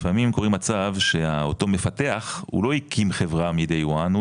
לפעמים קורה מצב שאותו מפתח הוא לא הקים חברה מהיום הראשון,